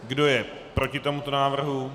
Kdo je proti tomuto návrhu?